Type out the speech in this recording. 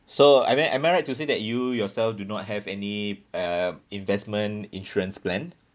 so I mean am I right to say that you yourself do not have any uh investment insurance plan